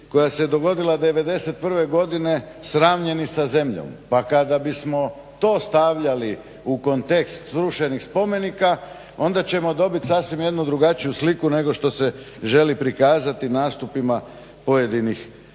koja se dogodila '91. godine sravnjeni sa zemljom. Pa kada bismo to stavljali u kontekst srušenih spomenika, onda ćemo dobit sasvim jednu drugačiju sliku nego što se želi prikazati nastupima pojedinih zastupnika.